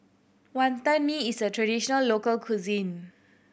Wantan Mee is a traditional local cuisine